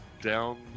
down